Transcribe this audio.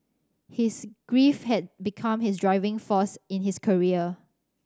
his grief had become his driving force in his career